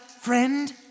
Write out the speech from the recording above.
friend